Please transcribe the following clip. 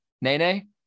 Nene